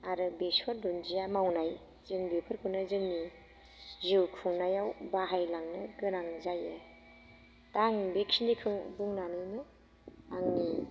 आरो बेसर दुनदिया मावनाय जों बेफोरखौनो जोंनि जिउ खुंनायाव बाहायलांनो गोनां जायो दा आं बेखिनिखौ बुंनानैनो आंनि